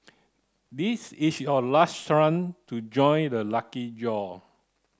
this is your last to join the lucky draw